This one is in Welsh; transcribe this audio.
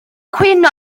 cwyno